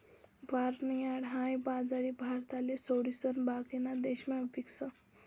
barnyard हाई बाजरी भारतले सोडिसन बाकीना देशमा पीकस